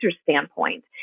standpoint